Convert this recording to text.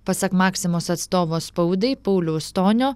pasak maksimos atstovo spaudai pauliaus stonio